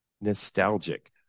nostalgic